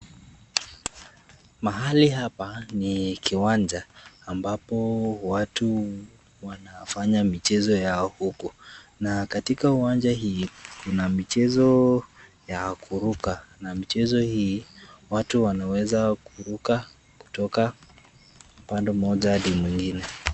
Mahali hapa ni kiwanja ambapo watu wanafanya michezo yao huku na katika uwanja hii kuna michezo ya kuruka na michezo hii, watu wanaweza kuruka kutoka upande moja hadi mwingine.